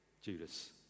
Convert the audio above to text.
Judas